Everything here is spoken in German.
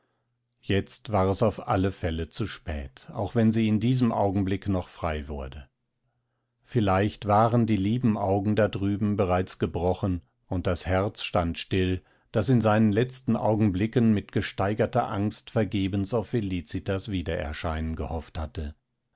jetzt war es auf alle fälle zu spät auch wenn sie in diesem augenblick noch frei wurde vielleicht waren die lieben augen da drüben bereits gebrochen und das herz stand still das in seinen letzten augenblicken mit gesteigerter angst vergebens auf felicitas wiedererscheinen gehofft hatte